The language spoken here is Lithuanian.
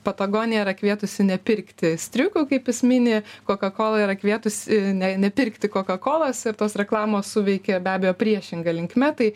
patagonija yra kvietusi nepirkti striukių kaip jis mini kokakola yra kvietusi nepirkti kokakolos ir tos reklamos suveikė be abejo priešinga linkme tai